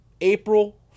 April